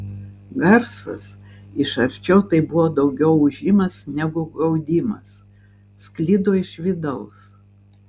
garsas iš arčiau tai buvo daugiau ūžimas negu gaudimas sklido iš vidaus